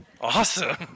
Awesome